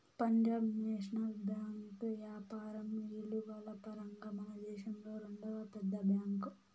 Punjab national bank యాపారం ఇలువల పరంగా మనదేశంలో రెండవ పెద్ద బ్యాంక్